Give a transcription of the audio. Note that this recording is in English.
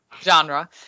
genre